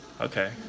okay